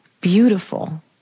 beautiful